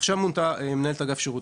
עכשיו מונתה מנהלת אגף שירות.